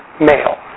male